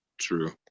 true